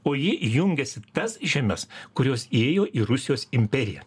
o ji jungiasi tas žemes kurios įėjo į rusijos imperiją